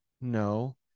No